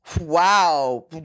Wow